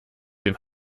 den